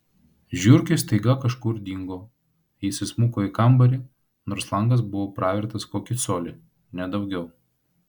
žiurkės staiga kažkur dingo jis įsmuko į kambarį nors langas buvo pravertas kokį colį ne daugiau